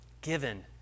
given